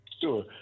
Sure